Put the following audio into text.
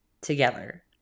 together